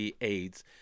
AIDS